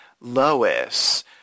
Lois